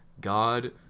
God